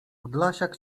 podlasiak